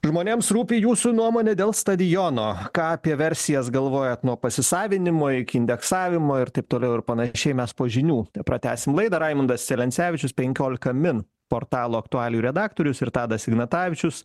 žmonėms rūpi jūsų nuomonė dėl stadiono ką apie versijas galvojat nuo pasisavinimo iki indeksavimo ir taip toliau ir panašiai mes po žinių pratęsim laidą raimundas celencevičius penkiolika min portalo aktualijų redaktorius ir tadas ignatavičius